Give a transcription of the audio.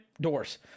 doors